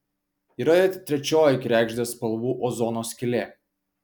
yra ir trečioji kregždės spalvų ozono skylė